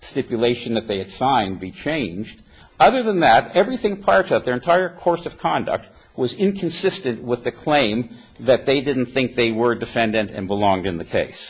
situation that they had signed be changed other than that everything part of their entire course of conduct was inconsistent with the claim that they didn't think they were defendant and belong in the case